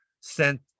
sent